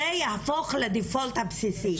זאת תהפוך להיות ברירת המחדל הבסיסית,